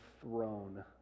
throne